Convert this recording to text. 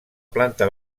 planta